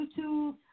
YouTube